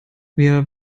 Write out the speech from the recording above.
wir